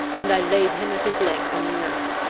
and i laid him at his length on the earth.